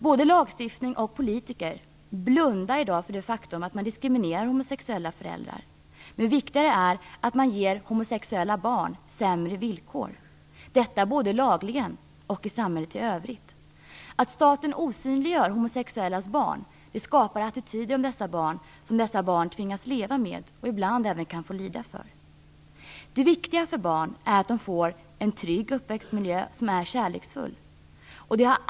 Både lagstiftning och politiker blundar i dag för det faktum att homosexuella föräldrar diskrimineras. Men än viktigare är att man ger homosexuella barn sämre villkor; detta både lagligen och i samhället i övrigt. Att staten osynliggör homosexuellas barn skapar attityder om dessa barn som de här barnen tvingas leva med och ibland även kan få lida för. Det viktiga för barn är att de får en trygg och kärleksfull uppväxtmiljö.